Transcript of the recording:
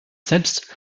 selbst